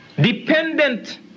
dependent